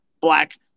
Black